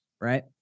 right